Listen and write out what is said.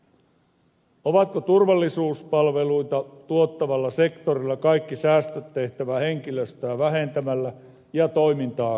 onko turvallisuuspalveluita tuottavalla sektorilla kaikki säästöt tehtävä henkilöstöä vähentämällä ja toimintaa keskittämällä